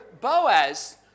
Boaz